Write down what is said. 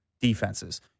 defenses